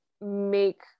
make